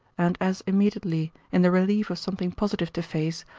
and as immediately, in the relief of something positive to face,